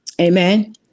Amen